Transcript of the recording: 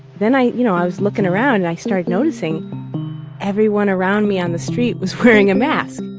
then i you know i was looking around. i started noticing everyone around me on the street was wearing a mask.